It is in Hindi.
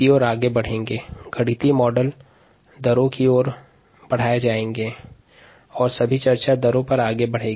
दर के सन्दर्भ में गणितीय मॉडल्स पर आगे बढते है